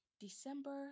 December